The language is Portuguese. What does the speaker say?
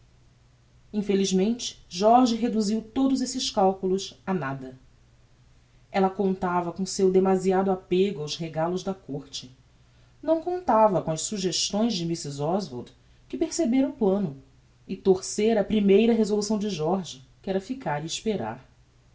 infelizmente jorge reduziu todos esses calculos a nada ella contava com o seu demasiado apego aos regalos da côrte não contava com as suggestões de mrs oswald que percebera o plano e torcera a primeira resolução de jorge que era ficar e esperar